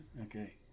Okay